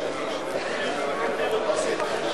30). חוק התגמולים לנפגעי פעולות איבה (תיקון מס' 30),